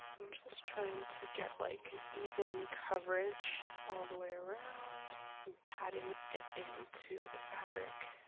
i'm just trying to get like an even coverage all the way around and patting it into the fabric.